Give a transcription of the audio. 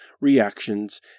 reactions